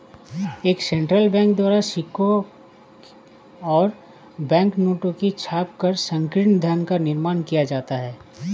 एक central bank द्वारा सिक्कों और बैंक नोटों को छापकर संकीर्ण धन का निर्माण किया जाता है